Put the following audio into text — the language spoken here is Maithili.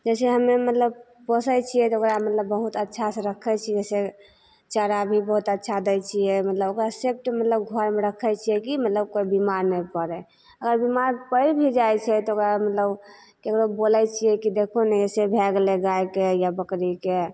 जइसे हमे मतलब पोसै छिए तऽ ओकरा मतलब बहुत अच्छासे रखै छिए से चारा भी बहुत अच्छा दै छिए मतलब ओकरा शेड मतलब घरमे रखै छिए कि मतलब कोइ बेमार नहि पड़ै अगर बेमार पड़ि भी जाइ छै तऽ ओकरा मतलब ककरो बोलै छिए कि देखहो ने अएसे भै गेलै गाइके या बकरीके